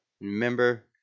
Remember